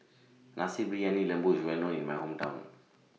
Nasi Briyani Lembu IS Well known in My Hometown